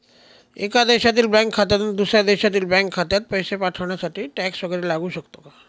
एका देशातील बँक खात्यातून दुसऱ्या देशातील बँक खात्यात पैसे पाठवण्यासाठी टॅक्स वैगरे लागू शकतो का?